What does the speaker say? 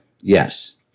Yes